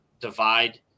divide